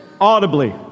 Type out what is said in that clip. audibly